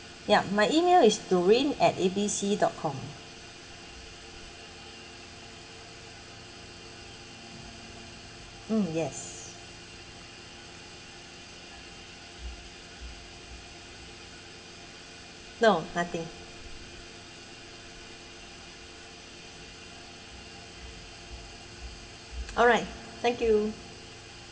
ya my email is doreen at A B C dot com mm yes no nothing alright thank you